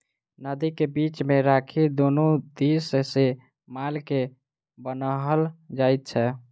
नादि के बीच मे राखि दुनू दिस सॅ माल के बान्हल जाइत छै